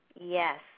Yes